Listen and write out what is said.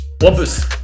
Wampus